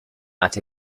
out